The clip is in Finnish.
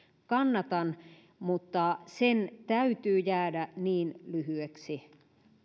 kannatan mutta sen täytyy jäädä niin lyhyeksi